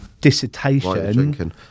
dissertation